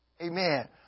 Amen